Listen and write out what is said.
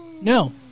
No